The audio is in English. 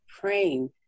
praying